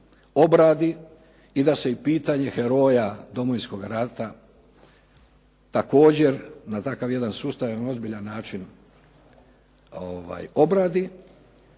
i da se i pitanje heroja Domovinskoga rata također na takav jedan sustavan, ozbiljan način obradi